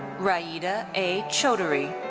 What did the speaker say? raeedah a. choudhury.